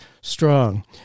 strong